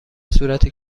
صورت